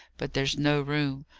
but there's no room,